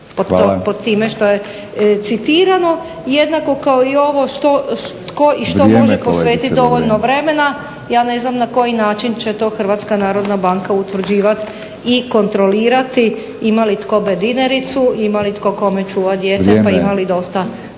pod time što je citirano jednako kao i ovo tko i što može posvetiti dovoljno vremena. Ja ne znam na koji način će to HNB utvrđivati i kontrolirati? Ima li tko bedinericu, ima li tko kome čuvati dijete pa ima li dosta